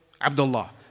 Abdullah